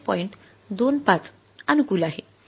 २५ अनुकूल आहे